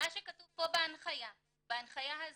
מה שכתוב פה בהנחיה הזאת,